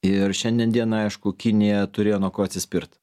ir šiandien dienai aišku kinija turėjo nuo ko atsispirt